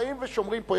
באים ושומרים פה,